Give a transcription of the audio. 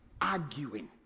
arguing